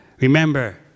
Remember